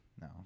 No